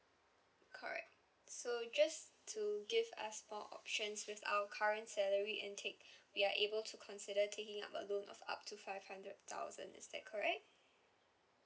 correct so just to give us more options with our current salary and take we are able to consider taking up a loan of up to five hundred thousand is that correct